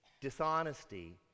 dishonesty